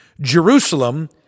Jerusalem